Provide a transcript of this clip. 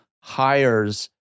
hires